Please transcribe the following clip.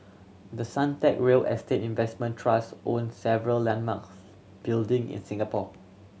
the Suntec real estate investment trust own several landmarks building in Singapore